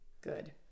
Good